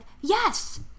yes